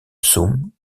psaumes